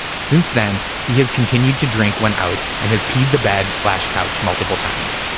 since then, he has continued to drink, went out, and has peed the bed slash couch multiple times.